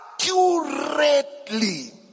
accurately